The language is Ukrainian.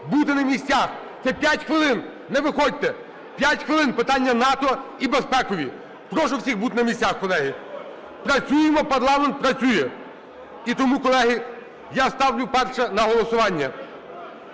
бути на місцях, це 5 хвилин. Не виходьте! 5 хвилин, питання НАТО і безпекові. Прошу всіх бути на місцях, колеги. Працюємо, парламент працює. І тому, колеги, я ставлю перше на голосування